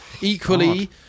equally